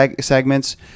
segments